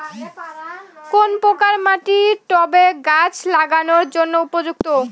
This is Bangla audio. কোন প্রকার মাটি টবে গাছ লাগানোর জন্য উপযুক্ত?